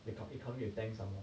the economy of banks some more